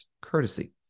courtesy